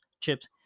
chips